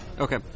Okay